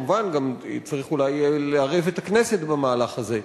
כמובן גם אולי צריך לערב את הכנסת במהלך הזה,